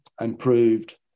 improved